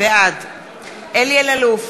בעד אלי אלאלוף,